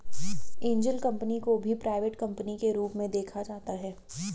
angel company को भी private company के रूप में देखा जाता है